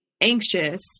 anxious